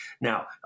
Now